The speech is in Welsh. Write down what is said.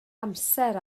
amser